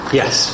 yes